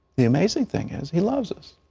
the amazing thing is, he loves us.